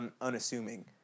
unassuming